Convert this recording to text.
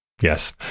yes